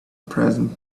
present